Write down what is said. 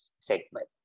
segment